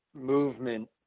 movement